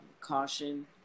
caution